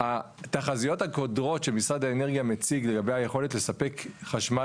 התחזיות הקודרות שמשרד האנרגיה מציג לגבי היכולת לספק חשמל